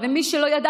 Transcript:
ומי שלא ידע,